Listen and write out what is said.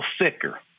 thicker